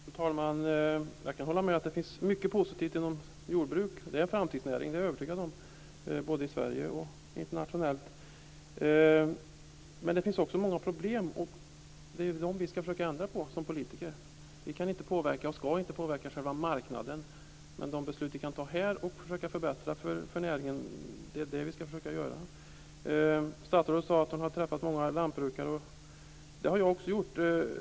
Fru talman! Jag kan hålla med om att det finns mycket positivt i jordbruket. Det är en framtidsnäring både i Sverige och internationellt. Det är jag övertygad om. Men det finns också många problem. Det är det som vi som politiker skall försöka ändra på. Vi kan inte och skall inte påverka själva marknaden. Men vi skall försöka fatta beslut här i riksdagen för att förbättra för näringen. Statsrådet sade att hon hade träffat många lantbrukare. Det har också jag gjort.